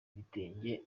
bitenge